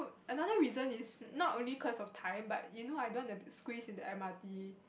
another reason is not only cause of time but you know I don't want to squeeze into M_R_T